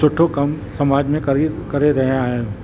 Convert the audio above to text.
सुठो कमु समाज में करी करे रहिया आहियूं